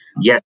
Yes